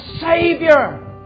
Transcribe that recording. Savior